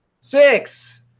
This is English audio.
Six